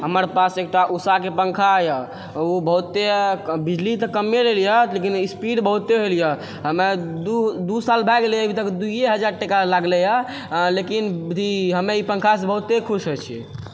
हमर पास एकटा उषाके पङ्खा यऽ उ बहुते बिजली तऽ कमे लेै यऽ लेकिन स्पीड बहुते होइ यऽ हमर दू साल भए गेलै अभीतक दुए हजार टाका लागलै हऽ लेकिन हम ई पङ्खासँ बहुते खुश होइ छियै